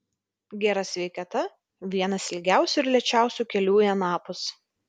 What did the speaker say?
gera sveikata vienas ilgiausių ir lėčiausių kelių į anapus